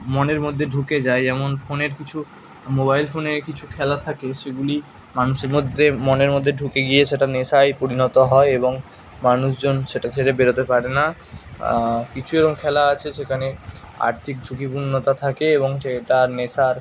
মনের মধ্যে ঢুকে যায় যেমন ফোনের কিছু মোবাইল ফোনে কিছু খেলা থাকে সেগুলি মানুষের মধ্যে মনের মধ্যে ঢুকে গিয়ে সেটা নেশায় পরিণত হয় এবং মানুষজন সেটা ছেড়ে বেড়োতে পারে না কিছু এরকম খেলা আছে সেখানে আর্থিক ঝুঁকিপূর্ণতা থাকে এবং সেটা নেশার